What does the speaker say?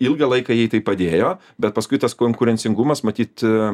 ilgą laiką jai tai padėjo bet paskui tas konkurencingumas matyt